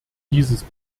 dieses